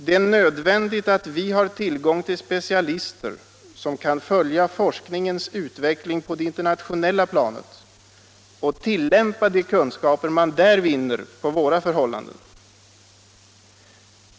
Det är nödvändigt att vi har tillgång till specialister som kan följa forskningens utveckling på det internationella planet och tillämpa de kunskaper man där vinner på våra förhållanden.